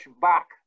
back